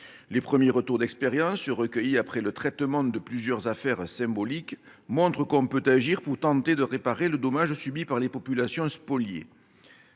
Les premiers retours d'expérience, recueillis après le traitement de plusieurs affaires symboliques, montrent que l'on peut agir pour tenter de réparer le dommage subi par les populations spoliées.